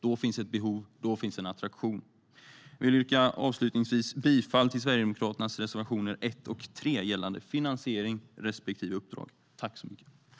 Då finns ett behov, då finns en attraktion.